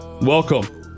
welcome